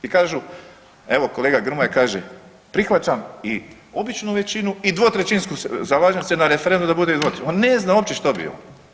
I kažu, evo kolega Grmoja kaže prihvaćam i običnu većinu i dvotrećinsku, zalažem se za referendum da bude … On ne zna uopće što bi on.